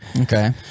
Okay